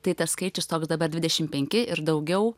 tai tas skaičius toks dabar dvidešim penki ir daugiau